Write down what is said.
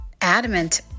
adamant